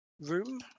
room